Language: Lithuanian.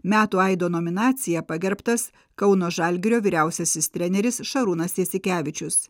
metų aido nominacija pagerbtas kauno žalgirio vyriausiasis treneris šarūnas jasikevičius